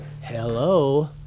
Hello